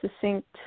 succinct